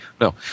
No